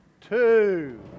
two